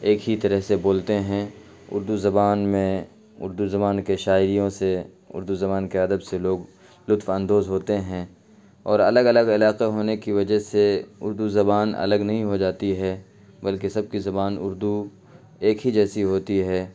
ایک ہی طرح سے بولتے ہیں اردو زبان میں اردو زبان کے شاعریوں سے اردو زبان کے ادب سے لوگ لطف اندوز ہوتے ہیں اور الگ الگ علاقہ ہونے کی وجہ سے اردو زبان الگ نہیں ہو جاتی ہے بلکہ سب کی زبان اردو ایک ہی جیسی ہوتی ہے